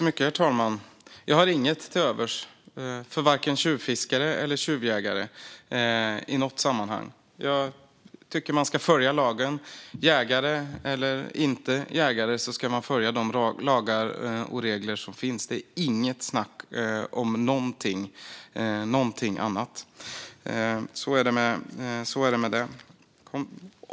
Herr talman! Jag har inget till övers för vare sig tjuvfiskare eller tjuvjägare i något sammanhang. Jag tycker att man ska följa lagen. Jägare eller inte jägare ska man följa de lagar och regler som finns. Det är inget snack om något annat. Så är det med det.